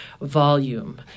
volume